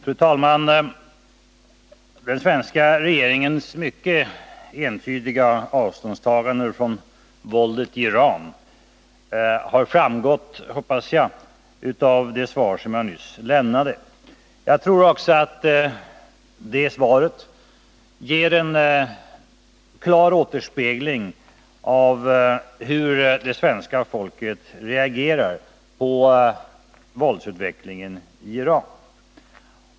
Fru talman! Den svenska regeringens mycket entydiga avståndstaganden från våldet i Iran har framgått, hoppas jag, av det svar som jag nyss lämnade. Jag tror också att det svaret ger en klar återspegling av hur det svenska folket reagerar på våldsutvecklingen i Iran.